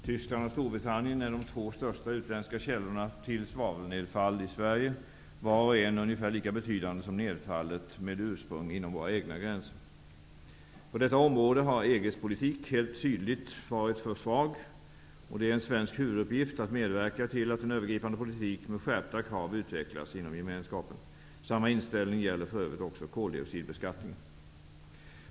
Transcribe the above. Tyskland och Storbritannien är de två största utländska källorna till svavelnedfall i Sverige, var och en ungefär lika betydande som nedfallet med ursprung inom våra egna gränser. På detta område har EG:s politik helt tydligt varit för svag. Det är en svensk huvuduppgift att medverka till att en övergripande politik med skärpta krav utvecklas inom gemenskapen. Samma inställning gäller för övrigt också koldioxidbeskattningen.